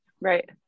right